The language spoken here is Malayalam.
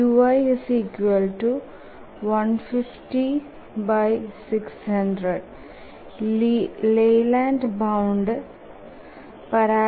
85 അതോടൊപ്പം 3 ടാസ്കുകളുടെ ലിയു ലെയ്ലാൻഡ് ബൌണ്ട് 0